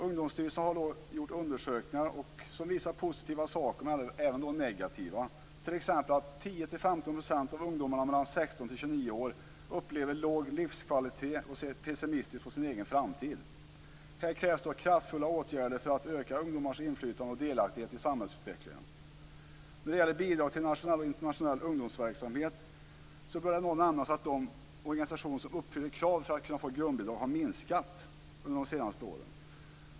Ungdomsstyrelsen har gjort undersökningar som visar positiva saker men även negativa, t.ex. att 10 15 % av ungdomarna mellan 16 och 29 år upplever låg livskvalitet och ser pessimistiskt på sin egen framtid. Här krävs kraftfulla åtgärder för att öka ungdomars inflytande och delaktighet i samhällsutvecklingen. När det gäller bidrag till nationell och internationell ungdomsverksamhet bör det nämnas att de organisationer som uppfyller kraven för att få grundbidrag har minskat under de senaste åren.